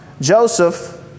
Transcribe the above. Joseph